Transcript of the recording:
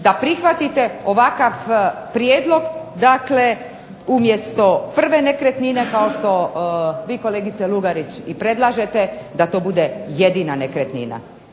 da prihvatite ovakav prijedlog, dakle umjesto prve nekretnine kao što vi kolegice Lugarić i predlažete, da to bude jedina nekretnina